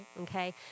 Okay